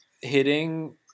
hitting